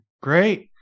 Great